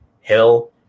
Hill